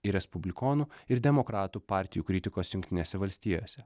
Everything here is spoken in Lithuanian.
ir respublikonų ir demokratų partijų kritikos jungtinėse valstijose